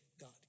God